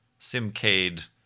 Simcade